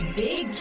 big